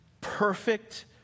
perfect